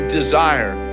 desire